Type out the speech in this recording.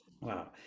Wow